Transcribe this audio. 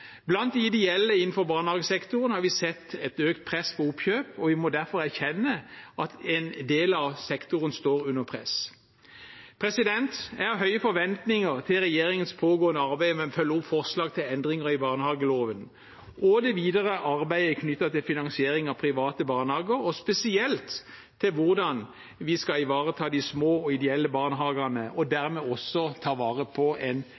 Blant de ideelle innenfor barnehagesektoren har vi sett et økt press på oppkjøp, og vi må derfor erkjenne at en del av sektoren står under press. Jeg har store forventninger til regjeringens pågående arbeid med å følge opp forslag til endringer i barnehageloven og det videre arbeidet knyttet til finansiering av private barnehager, spesielt til hvordan vi skal ivareta de små, ideelle barnehagene og dermed også ta vare på en